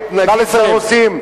נא לסיים.